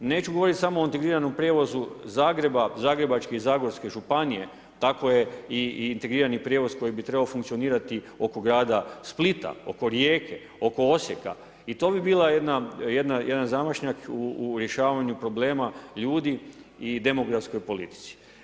Neću govoriti samo o integriranom prijevozu Zagreba, Zagrebačke i Zagorske županije, tako je i integrirani prijevoz koji bi trebao funkcionirati oko grada Splita, oko Rijeke, oko Osijeka i to bi bio jedan zamašnjak u rješavanju problema ljudi i demografskoj politici.